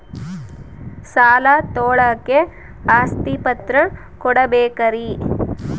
ಸಾಲ ತೋಳಕ್ಕೆ ಆಸ್ತಿ ಪತ್ರ ಕೊಡಬೇಕರಿ?